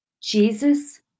Jesus